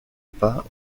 pas